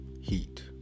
Heat